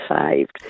saved